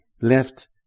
left